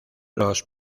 los